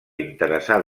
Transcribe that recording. interessar